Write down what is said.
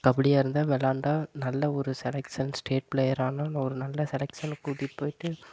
கபடியாக இருந்தால் விளாண்டா நல்ல ஒரு செலெக்ஷன் ஸ்டேட் பிளேயர் ஆனன்னா ஒரு நல்ல செலெக்ஷனுக்கு கூட்டிகிட்டு போய்விட்டு